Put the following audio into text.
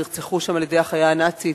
נרצחו שם על-ידי החיה הנאצית,